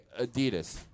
Adidas